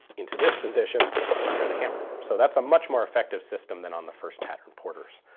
into this position under the hammer so that's a much more effective system than on the first pattern porters.